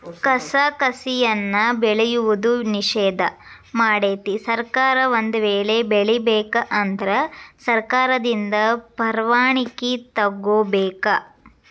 ಕಸಕಸಿಯನ್ನಾ ಬೆಳೆಯುವುದು ನಿಷೇಧ ಮಾಡೆತಿ ಸರ್ಕಾರ ಒಂದ ವೇಳೆ ಬೆಳಿಬೇಕ ಅಂದ್ರ ಸರ್ಕಾರದಿಂದ ಪರ್ವಾಣಿಕಿ ತೊಗೊಬೇಕ